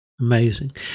Amazing